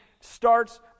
starts